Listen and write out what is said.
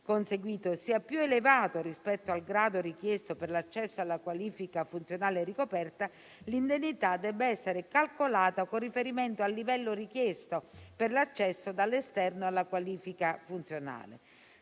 conseguito sia più elevato rispetto al grado richiesto per l'accesso alla qualifica funzionale ricoperta, l'indennità debba essere calcolata con riferimento al livello richiesto per l'accesso dall'esterno alla qualifica funzionale.